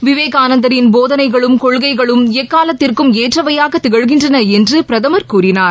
விவேகானந்தரின் போதனைகளும் கொள்கைகளும் எக்காலத்திற்கும் ஏற்றவையாக திகழ்கின்றன என்று பிரதமர் கூறினார்